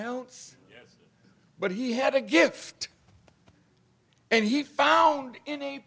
else but he had a gift and he found in a